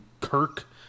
Kirk